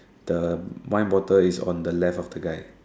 the wine bottle is on the left of the guy